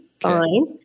fine